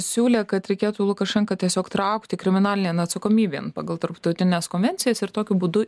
siūlė kad reikėtų lukašenką tiesiog traukti kriminalinėn atsakomybėn pagal tarptautines konvencijas ir tokiu būdu